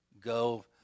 go